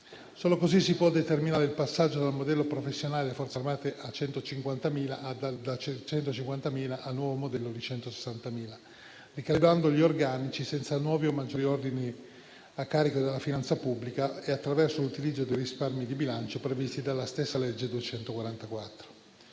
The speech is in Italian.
Solo così si può determinare il passaggio del modello professionale delle Forze armate da 150.000 al nuovo modello di 160.000, ricalibrando gli organici senza nuovi o maggiori oneri a carico della finanza pubblica e attraverso l'utilizzo di risparmi di bilancio previsti dalla stessa legge n.